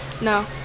No